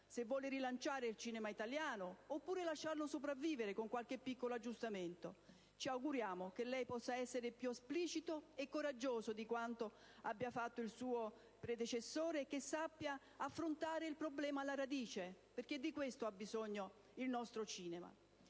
se vuole rilanciare il cinema italiano oppure lasciarlo sopravvivere con qualche piccolo aggiustamento. Ci auguriamo che lei possa essere più esplicito e coraggioso di quanto abbia fatto il suo predecessore e che sappia affrontare il problema alla radice, cosa di cui ha veramente bisogno il nostro cinema.